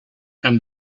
and